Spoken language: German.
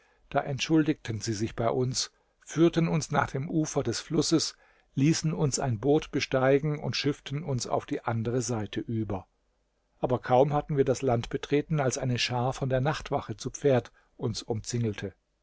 da entschuldigten sie sich bei uns führten uns nach dem ufer des flusses ließen uns ein boot besteigen und schifften uns auf die andere seite über aber kaum hatten wir das land betreten als eine schar von der nachtwache zu pferd uns umzingelte